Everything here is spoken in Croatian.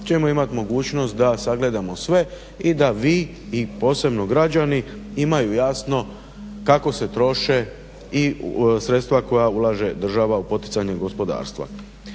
ćemo imat mogućnost da sagledamo sve i da vi i posebno građani imaju jasno kako se troše i sredstva koja ulaže država u poticanje gospodarstva.